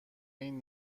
این